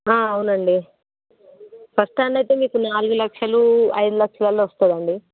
అవునండి first hand అయితే మీకు నాలుగు లక్షలు ఐదు లక్షలల్లో వస్తుందండి